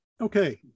Okay